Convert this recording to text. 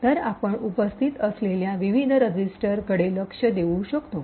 तर आपण उपस्थित असलेल्या विविध रजिस्टरकडे लक्ष देऊ शकतो